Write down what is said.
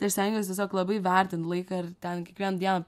tai aš stengiuos tiesiog labai vertint laiką ir ten kiekvieną dieną